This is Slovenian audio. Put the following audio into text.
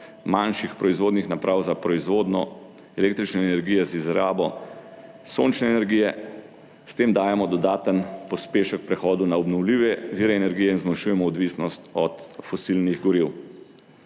manjših proizvodnih naprav za proizvodnjo električne energije z izrabo sončne energije. S tem dajemo dodaten pospešek prehodu na obnovljive vire energije in zmanjšujemo odvisnost od fosilnih goriv.